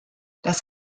das